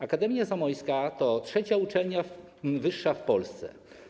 Akademia Zamojska jest trzecią uczelnią wyższą w Polsce.